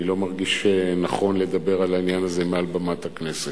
לא מרגיש נכון לדבר על העניין הזה מעל במת הכנסת.